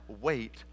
wait